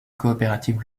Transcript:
coopératives